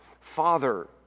Father